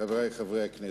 חברי חברי הכנסת,